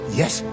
yes